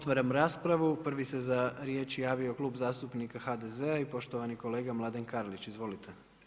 Otvaram raspravu, prvi se za riječ javio Klub zastupnika HDZ-a i poštovani kolega Mladen Karlić, izvolite.